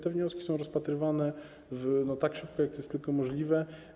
Te wnioski są rozpatrywane tak szybko, jak to jest tylko możliwe.